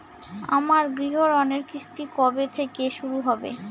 আমার গৃহঋণের কিস্তি কবে থেকে শুরু হবে?